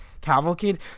cavalcade